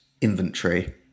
inventory